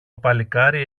παλικάρι